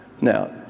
Now